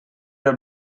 del